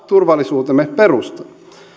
turvallisuutemme perusta